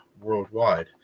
worldwide